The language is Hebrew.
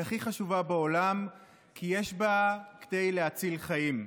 היא הכי חשובה בעולם כי יש בה כדי להציל חיים.